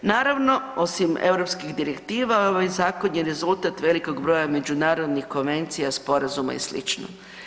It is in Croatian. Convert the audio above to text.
Naravno, osim europskih direktiva ovaj zakon je rezultat velikog broja međunarodnih konvencija, sporazuma i slično.